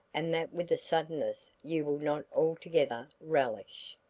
and that with a suddenness you will not altogether relish.